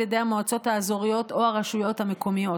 ידי המועצות האזוריות או הרשויות המקומיות,